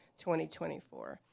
2024